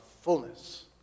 fullness